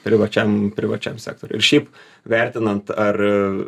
privačiam privačiam sektoriui ir šiaip vertinant ar